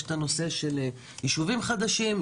יש את הנושא של יישובים חדשים,